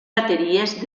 bateries